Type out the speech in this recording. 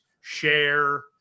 share